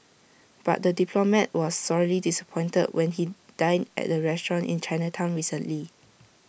but the diplomat was sorely disappointed when he dined at the restaurant in Chinatown recently